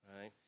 right